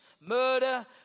Murder